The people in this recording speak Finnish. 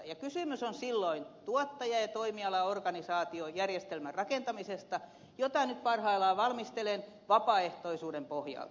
ja kysymys on silloin tuottaja ja toimialaorganisaatiojärjestelmän rakentamisesta jota nyt parhaillaan valmistelen vapaaehtoisuuden pohjalta